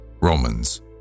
Romans